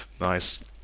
Nice